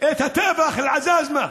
את טבח אל-עזאזמה,